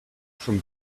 from